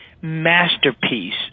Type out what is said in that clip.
masterpiece